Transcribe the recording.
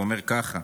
הוא אומר ככה: